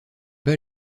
pas